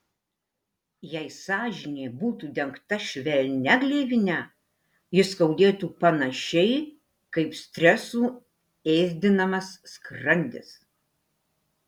jei sąžinė būtų dengta švelnia gleivine ji skaudėtų panašiai kaip stresų ėsdinamas skrandis